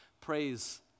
praise